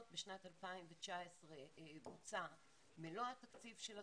בשנת 2019 בוצע מלוא התקציב של התוכנית.